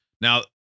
Now